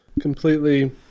completely